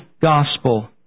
Gospel